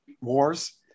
Wars